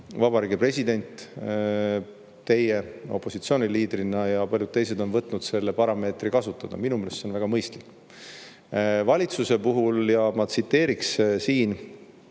Vabariigi President, teie kui opositsiooniliider ja paljud teised on võtnud selle parameetri kasutada. Minu meelest see on väga mõistlik. Valitsuse puhul – ja ma tsiteeriksin siin